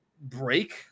break